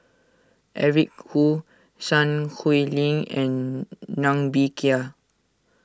Eric Khoo Sun Hui Ling and Ng Bee Kia